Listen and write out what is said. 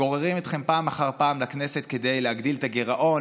גוררים אתכם פעם אחר פעם לכנסת כדי להגדיל את הגירעון.